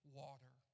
water